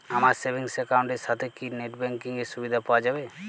আমার savings account এর সাথে কি নেটব্যাঙ্কিং এর সুবিধা পাওয়া যাবে?